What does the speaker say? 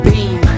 Beam